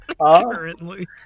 Currently